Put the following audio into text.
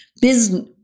business